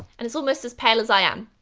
and it's almost as pale as i am.